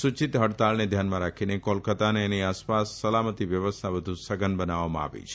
સૂચિત હડતાળને ધ્યાનમાં રાખીને કોલકાતા અને તેની આસપાસ સલામતી વ્યવસ્થા વધુ સઘન બનાવવામાં આવી છે